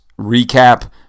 recap